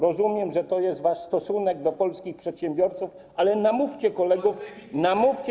Rozumiem, że to jest wasz stosunek do polskich przedsiębiorców, ale namówcie kolegów, abyście.